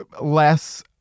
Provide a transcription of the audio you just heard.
less